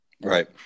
Right